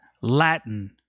Latin